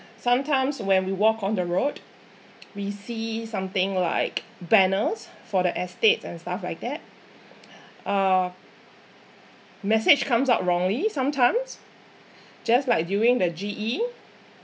sometimes when we walk on the road we see something like banners for the estates and stuff like that uh message comes out wrongly sometimes just like during the G_E